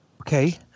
Okay